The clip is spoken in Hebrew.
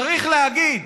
צריך להגיד: